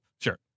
Sure